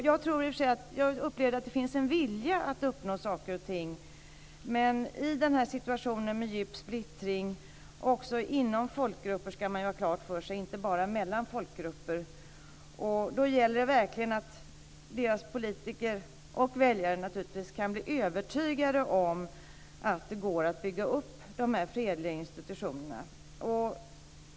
Jag upplever att det finns en vilja att uppnå saker och ting. Men i den här situationen med djup splittring inom folkgrupper - man ska göra klart för sig att det inte bara är mellan folkgrupper - gäller det verkligen att deras politiker och väljare kan bli övertygade om att det går att bygga upp de fredliga institutionerna.